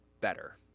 better